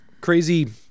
crazy